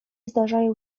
zdarzają